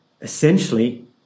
essentially